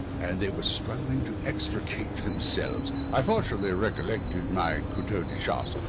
and they were struggling to extricate themselves! i fortunately recollected my couteau de chasse,